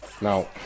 Now